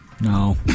No